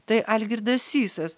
tai algirdas sysas